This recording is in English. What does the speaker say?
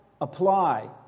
apply